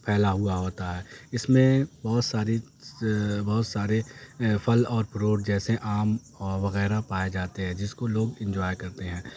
پھیلا ہوا ہوتا ہے اس میں بہت ساری بہت سارے پھل اور پروٹ جیسے آم وغیرہ پائے جاتے ہیں جس کو لوگ انجوائے کرتے ہیں